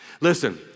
Listen